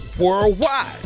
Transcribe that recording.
worldwide